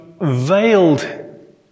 veiled